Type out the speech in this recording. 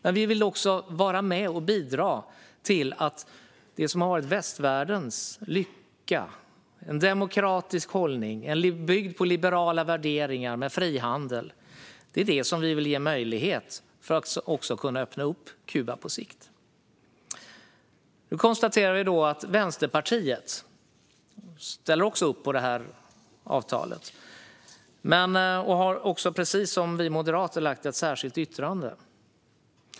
Men vi vill också vara med och bidra och ge möjlighet till det som har varit västvärldens lycka - en demokratisk hållning byggd på liberala värderingar, med frihandel - för att också kunna öppna upp Kuba på sikt. Vi kan konstatera att Vänsterpartiet också ställer upp på detta avtal och att man, precis som vi moderater, har lämnat ett särskilt yttrande.